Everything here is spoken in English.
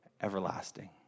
everlasting